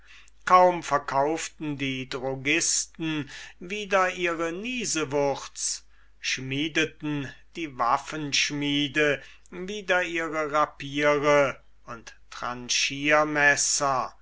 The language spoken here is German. kaum verkauften die drogisten wieder ihre niesewurz schmiedeten die waffenschmiede wieder ihre rappiere und